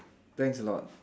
thanks a lot